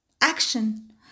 Action